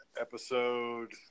episode